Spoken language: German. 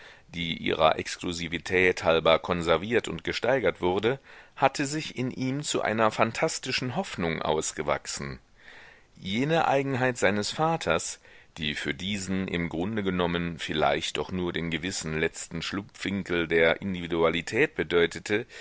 die ihrer exklusivität halber konserviert und gesteigert wurde hatte sich in ihm zu einer phantastischen hoffnung ausgewachsen jene eigenheit seines vaters die für diesen im grunde genommen vielleicht doch nur den gewissen letzten schlupfwinkel der individualität bedeutete